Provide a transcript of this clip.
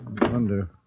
wonder